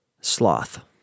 Sloth